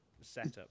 setup